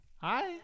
Hi